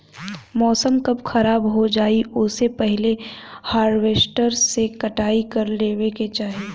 मौसम कब खराब हो जाई ओसे पहिले हॉरवेस्टर से कटाई कर लेवे के चाही